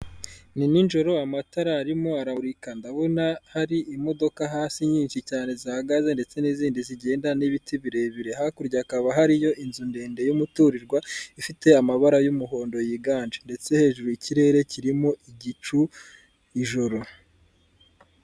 Ni nijoro amatara arimo aramurika ndabona hari imodoka hasi nyinshi cyane zihagaze ndetse n'izindi zigenda n'ibiti birebire, hakurya hakaba hariyo inzu ndende y'umuturirwa ifite amabara y'umuhondo yiganje ndetse hejuru ikirere kirimo igicu, ijoro.